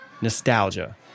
Nostalgia